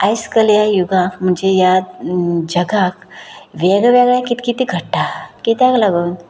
आयज काल ह्या युगांत म्हणजे ह्या जगांत वेगळें वेगळें कितें कितें घडटा कित्याक लागून